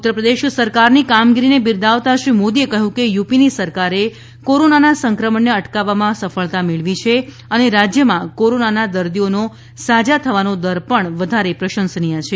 ઉત્ત પ્રદેશ સરકારની કામગીરીને બિરદાવતાં શ્રી મોદીએ કહ્યું કે યુપીની સરકારે કોરોનાના સંક્રમણને અટકાવવામાં સફળતા મેળવી છે અને રાજ્યમાં કોરોનાના દર્દીઓનો સાજા થવાનો દર પણ વધારે પ્રશંસનીય છે